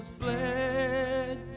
bled